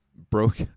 Broke